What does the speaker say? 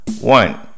One